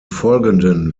folgenden